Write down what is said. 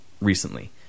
recently